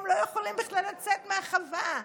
הם בכלל לא יכולים לצאת מהחווה.